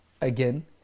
again